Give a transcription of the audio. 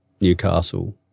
Newcastle